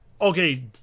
okay